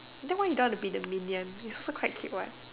then why you don't want to be the minion you also quite cute what